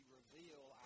reveal